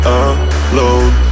alone